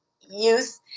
youth